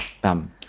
bam